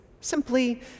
simply